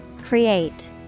Create